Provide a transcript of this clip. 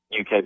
UK